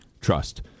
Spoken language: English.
trust